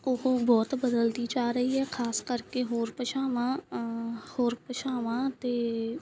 ਉਹ ਬਹੁਤ ਬਦਲਦੀ ਜਾ ਰਹੀ ਹੈ ਖਾਸ ਕਰਕੇ ਹੋਰ ਭਾਸ਼ਾਵਾਂ ਹੋਰ ਭਾਸ਼ਾਵਾਂ 'ਤੇ